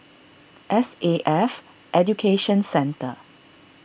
S A F Education Centre